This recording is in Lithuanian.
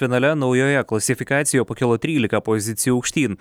finale naujoje klasifikacijoje pakilo trylika pozicijų aukštyn